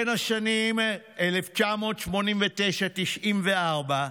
בשנים 1989 1994,